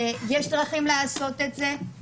יש דרכים לעשות את זה,